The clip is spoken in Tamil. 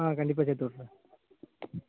ஆ கண்டிப்பாக சேர்த்து விடுறேன்